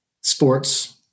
sports